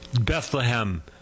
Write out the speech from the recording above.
Bethlehem